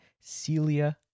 Celia